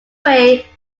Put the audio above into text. way